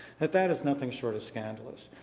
that that is nothing short of scandalous.